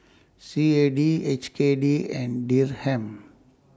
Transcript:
C A D H K D and Dirham